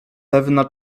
pewna